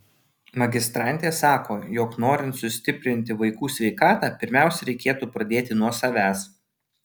magistrantė sako jog norint sustiprinti vaikų sveikatą pirmiausia reikėtų pradėti nuo savęs